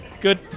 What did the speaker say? good